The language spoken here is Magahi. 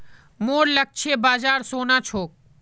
मोर लक्ष्य बाजार सोना छोक